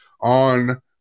on